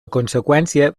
conseqüència